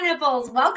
Welcome